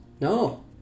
no